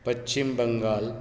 Paschim Bengal